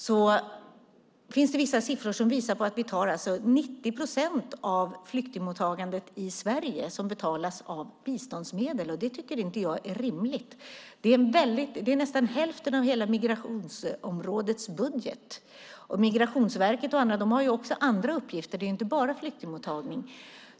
Det finns vissa siffror som visar på att det är 90 procent av flyktingmottagandet i Sverige som betalas med biståndsmedel. Det tycker inte jag är rimligt. Det är nästan hälften av hela migrationsområdets budget. Migrationsverket och andra har ju också andra uppgifter. Det är inte bara flyktingmottagning.